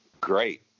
great